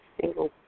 single